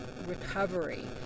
Recovery